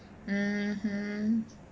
mmhmm